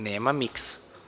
Nema miksa.